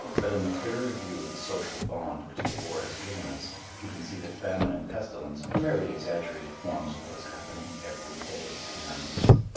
but in the clearer view of the social bond which the war has given us we can see that famine and pestilence are merely exaggerated forms of what is happening every day in our midst.